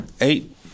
eight